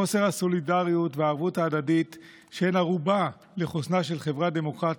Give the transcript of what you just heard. חוסר הסולידריות והערבות ההדדית שהן ערובה לחוסנה של חברה דמוקרטית,